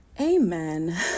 Amen